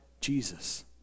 Jesus